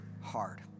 hard